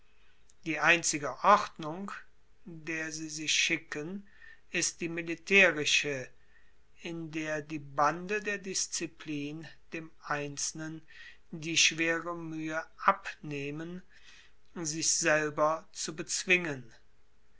die einzige ordnung der sie sich schicken ist die militaerische in der die bande der disziplin dem einzelnen die schwere muehe abnehmen sich selber zu bezwingen